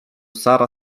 sara